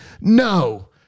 No